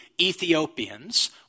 Ethiopians